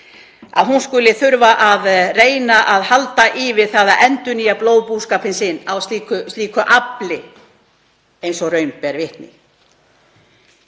að hún skuli þurfa að reyna að halda í við það að endurnýja blóðbúskapinn sinn af slíku afli sem raun ber vitni.